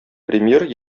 премьер